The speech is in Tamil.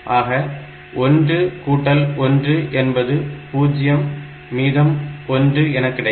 ஆக 1 கூட்டல் 1 என்பது 0 மீதம் 1 என கிடைக்கும்